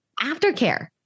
aftercare